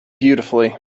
beautifully